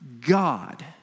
God